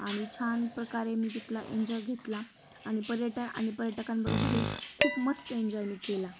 आणि छान प्रकारे मी तिथला एन्जॉय घेतला आणि पर्यट आणि पर्यटकांबरोबरही खूप मस्त एन्जॉय मी केला